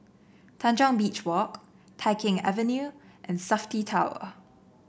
Tanjong Beach Walk Tai Keng Avenue and Safti Tower